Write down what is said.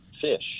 fish